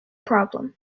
problem